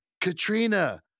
katrina